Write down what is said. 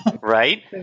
Right